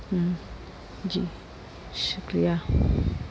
हाँ जी शुक्रिया